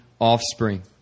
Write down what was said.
offspring